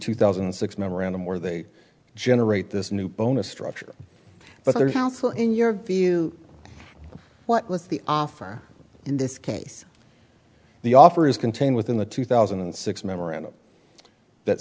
two thousand and six memorandum where they generate this new bonus structure but there's also in your view what was the offer in this case the offer is contained within the two thousand and six memorandum that